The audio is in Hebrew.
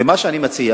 ומה שאני מציע